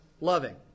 loving